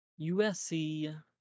USC